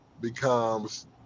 becomes